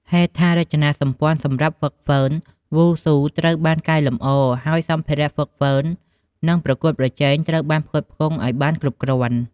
ហេដ្ឋារចនាសម្ព័ន្ធសម្រាប់ហ្វឹកហ្វឺនវ៉ូស៊ូត្រូវបានកែលម្អហើយសម្ភារៈហ្វឹកហ្វឺន និងប្រកួតប្រជែងត្រូវបានផ្គត់ផ្គង់ឲ្យបានគ្រប់គ្រាន់។